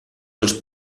dels